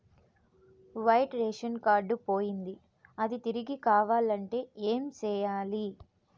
white ration card పోయింది అది తిరిగి కావాలంటే ఏం సేయాలి